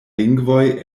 lingvoj